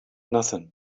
nothing